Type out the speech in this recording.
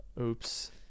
Oops